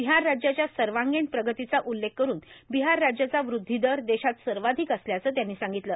बिहार राज्याच्या सर्वांगिण प्रगतीचा उल्लेख करून बिहार राज्याचा वृद्धिदर देशात सर्वाधिक असल्याचं त्यांनी सांगितलं